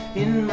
in